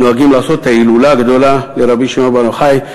נוהגים לעשות את ההילולה הגדולה של רבי שמעון בר יוחאי,